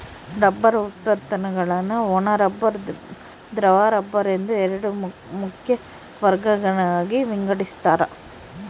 rubber ಉತ್ಪನ್ನಗುಳ್ನ ಒಣ rubber ದ್ರವ ರಬ್ಬರ್ ಎಂದು ಎರಡು ಮುಖ್ಯ ವರ್ಗಗಳಾಗಿ ವಿಂಗಡಿಸ್ತಾರ